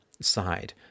side